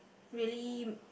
really